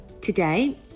Today